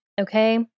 Okay